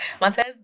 Montez